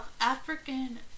African